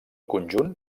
conjunt